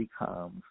becomes